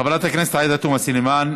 חברת הכנסת עאידה תומא סלימאן,